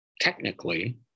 Technically